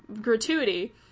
gratuity